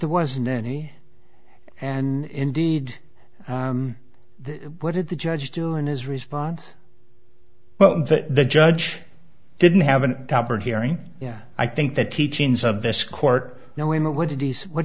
there wasn't any and indeed what did the judge do in his response well the judge didn't have an yeah i think the teachings of this court knowing what